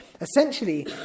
Essentially